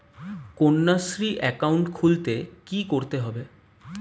Kanyashree account খুলতে কী করতে হবে?